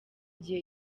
gihe